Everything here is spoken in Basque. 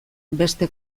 beste